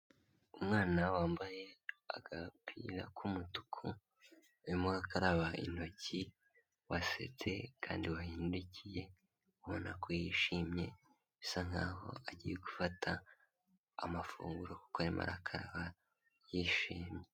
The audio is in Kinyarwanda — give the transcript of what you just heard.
Umwana wambaye agapira k'umutuku, urimo arakaraba intoki wasetse kandi wahindukiye ubona ko yishimye, bisa nkaho agiye gufata amafunguro kuko arimo arakaraba yishimye.